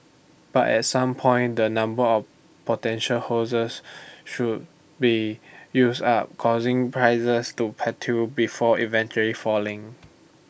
but at some point the number of potential should be use up causing prices to plateau before eventually falling